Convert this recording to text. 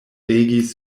regis